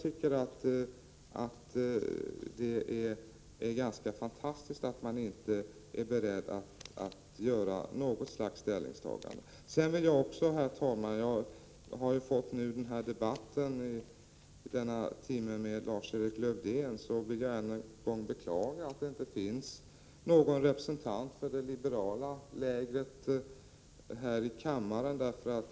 Det är rätt fantastiskt att utskottet inte är berett att göra något slags ställningstagande. Efter att jag nu har fått denna debatt med Lars-Erik Lövdén vill jag än en gång beklaga att det inte finns någon representant för det liberala lägret här i kammaren.